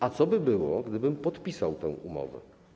A co by było, gdybym podpisał tę umowę?